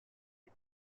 est